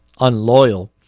unloyal